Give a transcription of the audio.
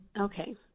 Okay